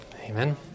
Amen